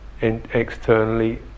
externally